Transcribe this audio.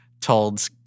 told